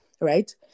right